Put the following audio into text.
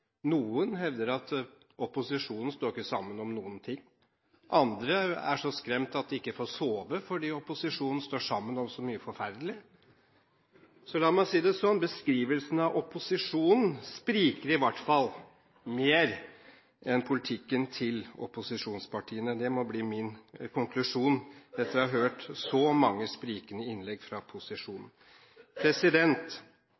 Noen hevder at opposisjonen ikke står sammen om noen ting, andre er så skremt at de ikke får sove fordi opposisjonen står sammen om så mye forferdelig. Så la meg si det slik: Beskrivelsen av opposisjonen spriker i hvert fall mer enn politikken til opposisjonspartiene – det må bli min konklusjon etter å ha hørt så mange sprikende innlegg fra